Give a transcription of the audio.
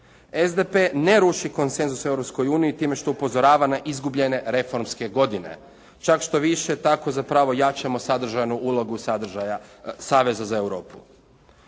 SDP ne ruši konsenzus Europskoj uniji time što upozorava na izgubljene reformske godine, čak štoviše tako zapravo jačamo sadržanu ulogu sadržaja saveza za Europu.